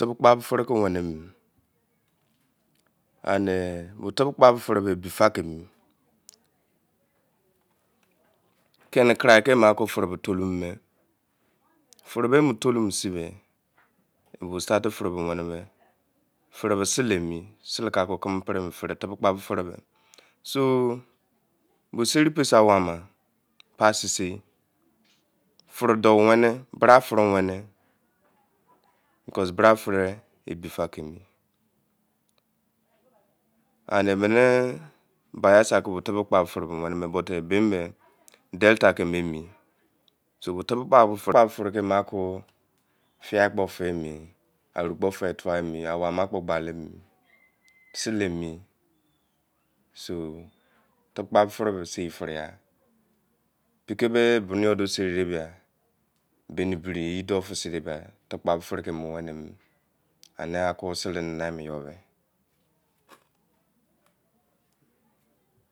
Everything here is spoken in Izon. Tebe gbari fere ke wene mene me tebe gbili fere ebi fa keni kene karayai kei fere rolo mo fere me tolo no size e bo start fere wene fere me sele enni ken gbili fere me so sen po su awon ama pa sei sei fere dou wene bra fa kpo fere doh wene bra fere ebi fa ke mi emene bayelsa ke kebesbili fare he wene e be men delta ke emimi so me febe ka kon fei me ai kpo fei tua awoa kpo gbali sele mi so tukpo fere sel fere ki pei he bu mi you do seri beh boni biri ye don mo enai ke sele nager you ber